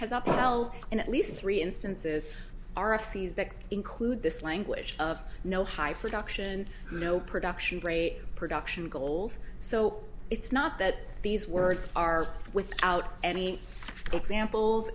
has up wells in at least three instances r f c s that include this language of no high production no production great production goals so it's not that these words are without any examples